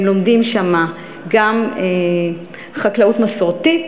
הם לומדים שם גם חקלאות מסורתית,